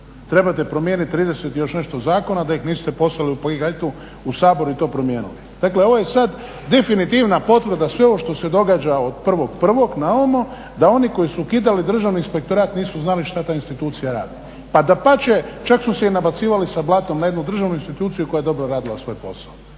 trebate promijeniti 30 i još nešto zakona da ih niste poslali u … u Sabor je to promijenio. Dakle, ovo je sad definitivna potvrda sve ovo što se događa od 1.1. na ovamo da oni koji su ukidali državni inspektorat nisu znali šta ta institucija radi, pa dapače, čak su se i nabacivali sa blatom na jednu državnu instituciju koja je dobro radila svoj posao.